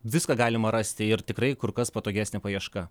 viską galima rasti ir tikrai kur kas patogesnė paieška